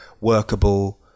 workable